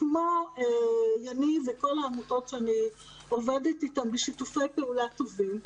כמו יניב שגיא וכל העמותות שאני עובדת איתן בשיתופי פעולה טובים,